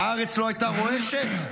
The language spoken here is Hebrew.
והארץ לא הייתה רועשת?